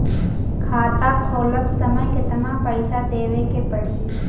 खाता खोलत समय कितना पैसा देवे के पड़ी?